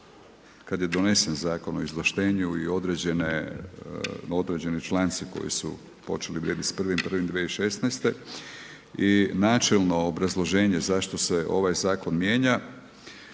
kada je donesen Zakon o izvlaštenju i određeni članci koji su počeli vrijediti sa 1.1.2016. i načelno obrazloženje zašto se ovaj zakon mijenja.